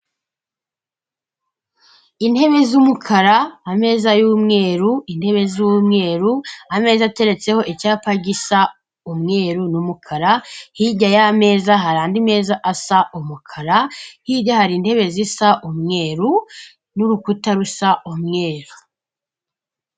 Intebe z'umukara, ameza y'umweru, intebe z'umweru, ameza ateretseho icyapa gisa umweru n'umukara, hirya y'ameza hari andi meza asa umukara, hirya hari intebe zisa umweru n'urukuta rusa umweru.